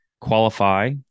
qualify